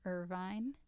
Irvine